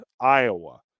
Iowa